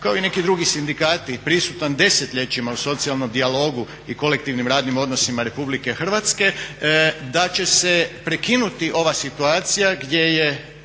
kao i neki drugi sindikati prisutan desetljećima u socijalnom dijalogu i kolektivnim radnim odnosima Republike Hrvatske, da će se prekinuti ova situacija gdje je